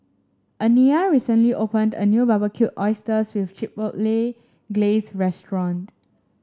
Aniya recently opened a new Barbecued Oysters with Chipotle Glaze restaurant